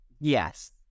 Yes